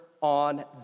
on